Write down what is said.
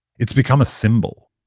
it's become a symbol.